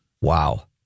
Wow